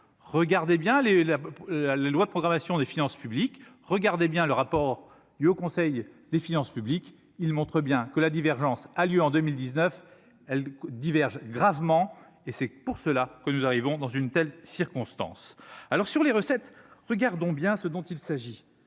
regardez bien les la la loi de programmation des finances publiques, regardez bien le rapport du Haut Conseil des finances publiques, il montre bien que la divergence a lieu en 2019 elle diverge gravement et c'est pour cela que nous arrivons dans une telle circonstance alors sur les recettes, regardons bien ce dont il s'agit